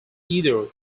either